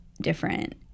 different